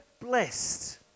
blessed